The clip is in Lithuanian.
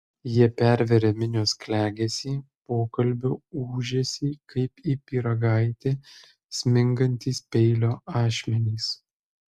jie perveria minios klegesį pokalbių ūžesį kaip į pyragaitį smingantys peilio ašmenys